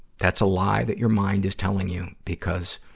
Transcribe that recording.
that's a lie that your mind is telling you, because,